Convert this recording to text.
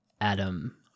Adam